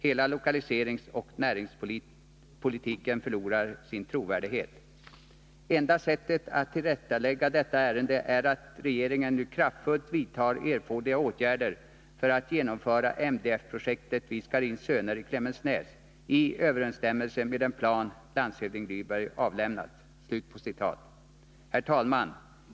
Hela lokaliseringsoch näringspolitiken förlorar sin trovärdighet.” Kommunstyrelsen anför vidare: ”Enda sättet att tillrättalägga detta ärende är att regeringen nu kraftfullt vidtar erforderliga åtgärder för att genomföra MDF-projektet vid Scharins Söner i Klemensnäs i överensstämmelse med den plan som landshövding Lyberg har avlämnat.” Herr talman!